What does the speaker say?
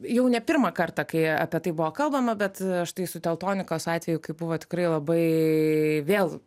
jau ne pirmą kartą kai apie tai buvo kalbama bet štai su teltonikos atveju kai buvo tikrai labai vėl